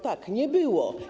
Tak, nie było.